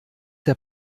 der